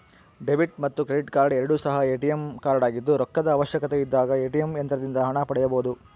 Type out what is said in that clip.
debit ಮತ್ತು credit card ಎರಡು ಸಹ ಎ.ಟಿ.ಎಂ ಕಾರ್ಡಾಗಿದ್ದು ರೊಕ್ಕದ ಅವಶ್ಯಕತೆಯಿದ್ದಾಗ ಎ.ಟಿ.ಎಂ ಯಂತ್ರದಿಂದ ಹಣ ಪಡೆಯಬೊದು